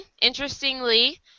interestingly